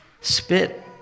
spit